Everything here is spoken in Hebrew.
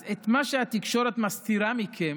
אז את מה שהתקשורת מסתירה מכם,